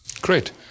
Great